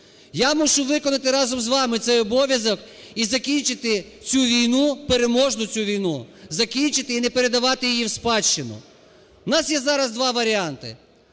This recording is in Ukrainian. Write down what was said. Я мушу виконати разом з вами цей обов'язок і закінчити цю війну, переможну цю війну закінчити і не передавати її в спадщину. У нас є зараз два варіанти.